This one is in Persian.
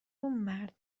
مرد